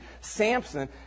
Samson